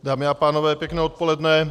Dámy a pánové, pěkné odpoledne.